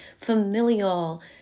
familial